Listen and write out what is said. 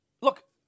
Look